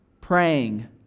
Praying